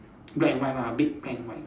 black and white lah big black and white